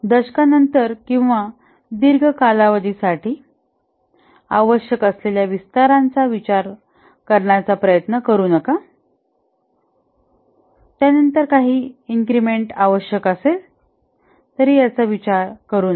दशकांनंतर किंवा दीर्घ कालावधी साठी आवश्यक असलेल्या विस्ताराचा विचार करण्याचा प्रयत्न करू नका त्यानंतर काही वाढ आवश्यक आहे याचा विचार करू नका